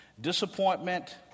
disappointment